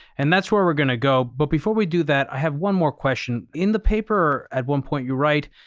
and that's where we're going to go. but before we do that, i have one more question. in the paper at one point you write,